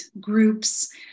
groups